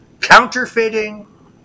counterfeiting